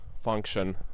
function